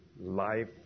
life